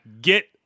get